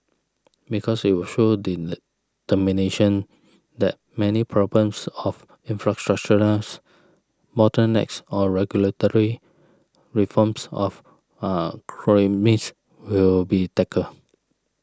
because it will show determination that many problems of infrastructural bottlenecks of regulatory reforms of will be tackled